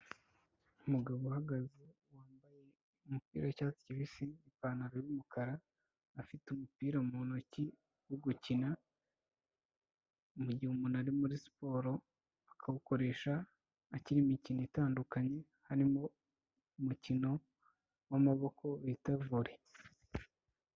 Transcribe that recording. Umugabo uhagaze wambaye umupira w'icyatsi kibisi, ipantaro y',umukara, afite umupira mu ntoki wo gukina, mu gihe umuntu ari muri siporo akawukoresha akina imikino itandukanye, harimo umukino w'amaboko bita Volley.